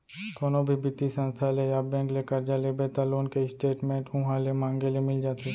कोनो भी बित्तीय संस्था ले या बेंक ले करजा लेबे त लोन के स्टेट मेंट उहॉं ले मांगे ले मिल जाथे